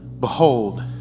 behold